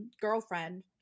girlfriend